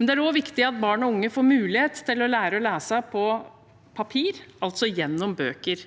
men det er også viktig at barn og unge får mulighet til å lære å lese på papir, altså gjennom bøker.